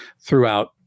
throughout